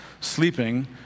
sleeping